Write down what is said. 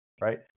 right